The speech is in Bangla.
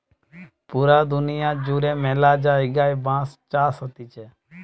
পুরা দুনিয়া জুড়ে ম্যালা জায়গায় বাঁশ চাষ হতিছে